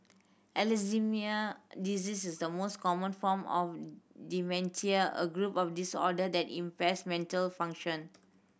disease is the most common form of dementia a group of disorder that impairs mental function